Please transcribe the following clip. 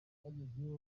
bagezeyo